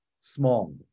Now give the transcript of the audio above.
small